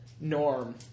Norm